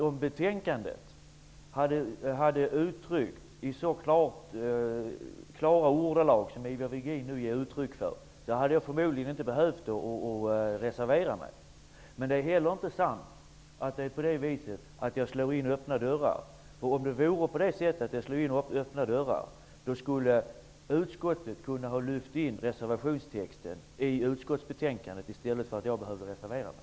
Om betänkandetexten hade varit skriven med så klara ordalag som Ivar Virgin nu använder hade jag förmodligen inte behövt reservera mig. Men det är heller inte sant att jag slår in öppna dörrar. Om det vore så hade utskottet kunnat lyfta in reservationstexten i utskottsbetänkandet, så att jag hade sluppit att reservera mig.